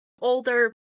older